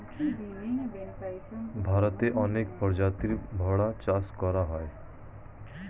ভারতে অনেক প্রজাতির ভেড়া চাষ করা হয়